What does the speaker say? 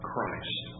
Christ